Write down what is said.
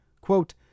quote